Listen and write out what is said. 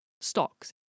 stocks